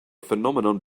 phenomenon